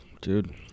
dude